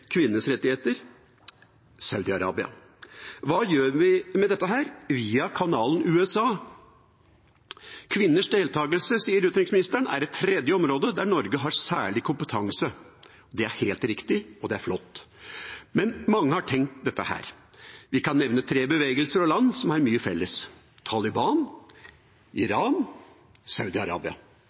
kvinners rettigheter: Saudi-Arabia? Hva gjør vi med dette via kanalen USA? Utenriksministeren sier: «Kvinners deltakelse er et tredje område der Norge har særlig kompetanse.» Det er helt riktig, og det er flott, men mange har tenkt dette: Vi kan nevne tre bevegelser og land som har mye til felles: Taliban,